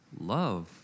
love